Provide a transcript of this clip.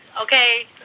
Okay